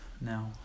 now